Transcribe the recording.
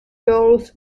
goals